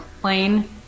plane